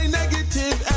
negative